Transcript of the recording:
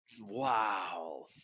Wow